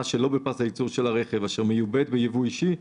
שלא בפס הייצור של הרכב אשר מיובאת בייבוא אישי,